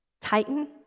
Titan